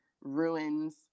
ruins